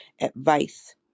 advice